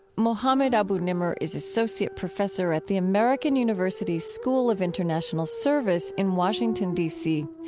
mohammed abu-nimer is associate professor at the american university school of international service in washington, d c.